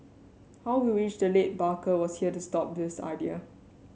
how we wish the late Barker was here to stop this idea